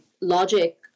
logic